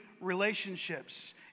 relationships